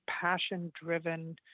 passion-driven